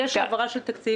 יש העברה של תקציב.